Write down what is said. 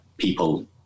people